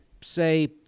say